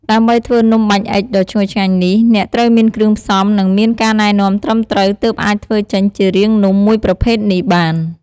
ដើម្បីធ្វើនំបាញ់អុិចដ៏ឈ្ងុយឆ្ងាញ់នេះ អ្នកត្រូវមានគ្រឿងផ្សំ និងមានការណែនាំត្រឹមត្រូវទើបអាចធ្វើចេញជារាងនាំមួយប្រភេទនេះបាន។